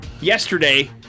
yesterday